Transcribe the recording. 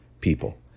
people